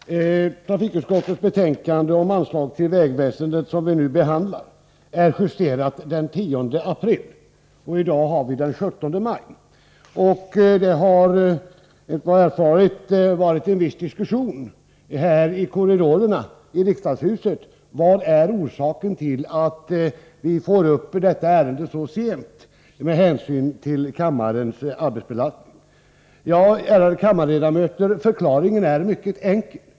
Herr talman! Trafikutskottets betänkande om anslag till vägväsendet, som vi nu behandlar, är justerat den 10 april, och i dag är det den 17 maj. Det har, enligt vad jag erfarit, varit en viss diskussion i korridorerna här i riksdagshuset, där man med hänsyn till kammarens arbetsbelastning undrat: Vad är orsaken till att kammaren får upp detta ärende till behandling så sent? Ärade kammarledamöter! Förklaringen är mycket enkel.